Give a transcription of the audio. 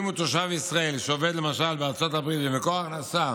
תושב ישראל שעובד בארצות הברית ומקור ההכנסה